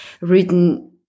written